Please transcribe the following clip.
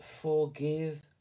forgive